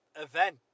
event